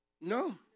no